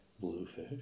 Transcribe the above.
bluefish